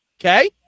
Okay